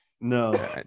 no